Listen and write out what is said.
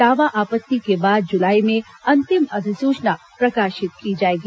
दावा आपत्ति के बाद जुलाई में अंतिम अधिसूचना प्रकाशित की जाएगी